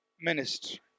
ministry